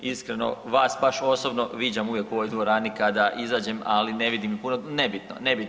Iskreno vas baš osobno viđam uvijek u ovoj dvorani kada izađem, ali ne vidim, nebitno, nebitno.